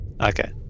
Okay